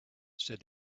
said